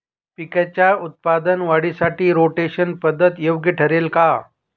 पिकाच्या उत्पादन वाढीसाठी रोटेशन पद्धत योग्य ठरेल का?